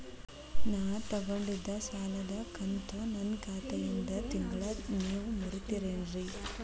ನಾ ತೊಗೊಂಡಿದ್ದ ಸಾಲದ ಕಂತು ನನ್ನ ಖಾತೆಯಿಂದ ತಿಂಗಳಾ ನೇವ್ ಮುರೇತೇರೇನ್ರೇ?